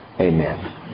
Amen